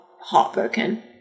heartbroken